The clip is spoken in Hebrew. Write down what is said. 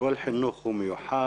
כל חינוך הוא מיוחד.